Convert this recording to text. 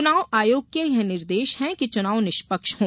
चुनाव आयोग के यह निर्देश हैं कि चुनाव निष्पक्ष हों